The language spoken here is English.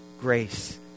Grace